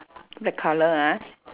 black colour ah